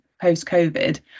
post-COVID